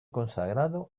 consagrado